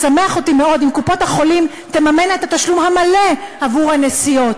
ישמח אותי מאוד אם קופות-החולים תממנה את התשלום המלא עבור הנסיעות.